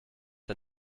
der